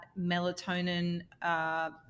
melatonin